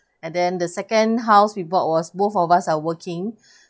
and then the second house we bought was both of us are working